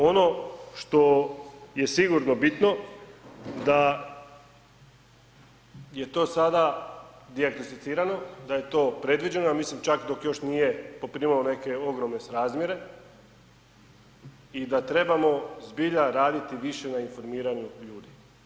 Ono što je sigurno bitno da je to sada dijagnosticirano, da je to predviđeno, ja mislim čak dok još nije poprimilo neke ogromne srazmjere i da trebamo zbilja raditi više na informiranju ljudi.